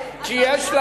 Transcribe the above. כי יש,